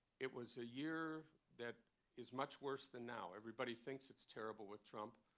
it was a year that is much worse than now. everybody thinks it's terrible with trump,